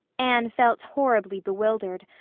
anne felt horribly bewildered,